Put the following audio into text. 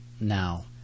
now